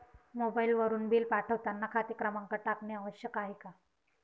मोबाईलवरून बिल पाठवताना खाते क्रमांक टाकणे आवश्यक आहे का?